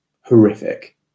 horrific